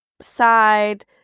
side